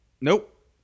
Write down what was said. Nope